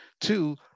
Two